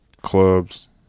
clubs